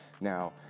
Now